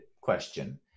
question